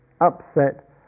upset